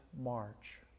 march